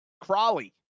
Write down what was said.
Crawley